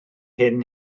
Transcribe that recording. hyn